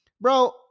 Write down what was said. bro